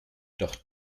doch